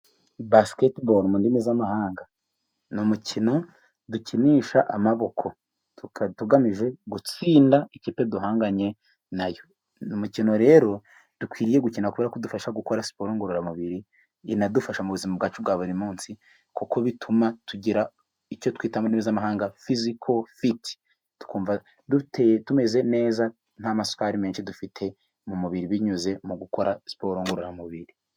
Basiketeboru mu ndimi z'amahanga ni umukino dukinisha amaboko, tugamije gutsinda ikipe duhanganye nayo, ni umukino rero dukwiriye gukina kubera ko udufasha gukora siporo ngororamubiri, inadufasha mu buzima bwacu bwa buri munsi kuko bituma tugira icyo twitapuzamahanga fiziko fiti twumva duteye tumeze neza nta masukari menshi dufite mu mubiri, binyuze mu gukora siporo ngororamubiri.